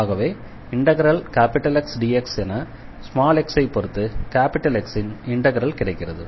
ஆகவே Xdx என x ஐ பொறுத்து X ன் இண்டெக்ரல் கிடைக்கிறது